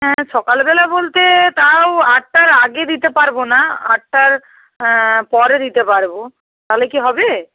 হ্যাঁ সকালবেলা বলতে তাও আটটার আগে দিতে পারবো না আটটার পরে দিতে পারবো তাহলে কি হবে